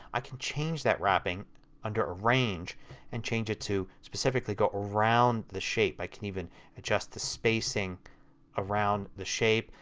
i can change that wrapping under arrange and change it to specifically go around the shape. i can even adjust the spacing around the shape,